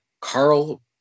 Carl